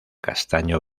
castaño